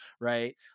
right